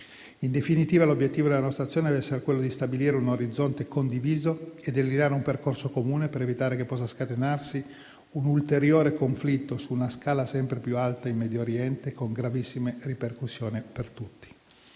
In definitiva, l'obiettivo della nostra azione dev'essere quello di stabilire un orizzonte condiviso e delineare un percorso comune per evitare che possa scatenarsi un ulteriore conflitto su una scala sempre più alta in Medio Oriente, con gravissime ripercussioni per tutti.